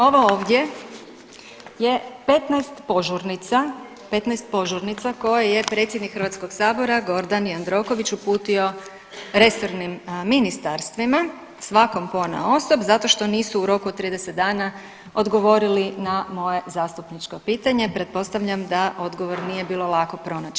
Ovo ovdje je 15 požurnica, 15 požurnica koje je predsjednik HS Gordan Jandroković uputio resornim ministarstvima, svakom ponaosob zato što nisu u roku od 30 dana odgovorili na moje zastupničko pitanje, pretpostavljam da odgovor nije bilo lako pronaći.